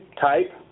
type